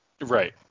right